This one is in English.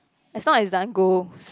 as long as it doesn't go